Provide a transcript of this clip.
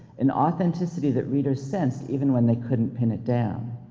an authenticity that readers sensed even when they couldn't pin it down.